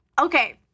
okay